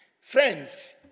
Friends